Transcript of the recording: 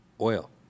oil